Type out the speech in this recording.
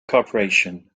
corporation